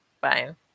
fine